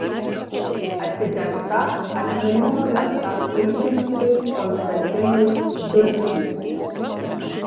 atidengta atminimo lenta pulkininkui konstantinui dulksniui